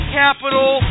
capital